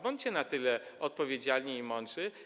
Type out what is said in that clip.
Bądźcie na tyle odpowiedzialni i mądrzy.